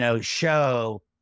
show